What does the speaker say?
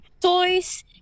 toys